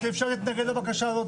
אי אפשר להתנגד לבקשה הזאת'.